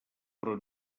però